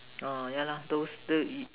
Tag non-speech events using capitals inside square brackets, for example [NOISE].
orh yeah lor those [NOISE] E